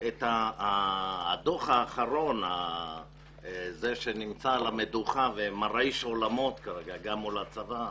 את הדוח האחרון שנמצא על המדוכה ומרעיש עולמות גם מול הצבא,